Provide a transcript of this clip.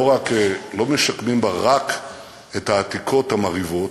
לא רק משקמים את העתיקות המרהיבות,